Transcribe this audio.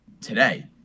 today